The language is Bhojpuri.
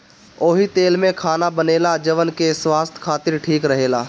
ओही तेल में खाना बनेला जवन की स्वास्थ खातिर ठीक रहेला